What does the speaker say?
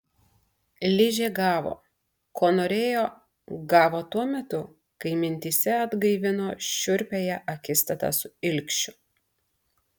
ližė gavo ko norėjo gavo tuo metu kai mintyse atgaivino šiurpiąją akistatą su ilgšiu